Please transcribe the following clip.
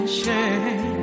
shame